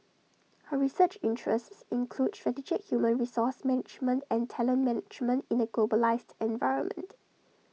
her research interests include strategic human resource management and talent management in A globalised environment